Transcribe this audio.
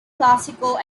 classical